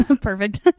Perfect